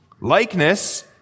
Likeness